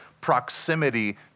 proximity